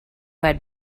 had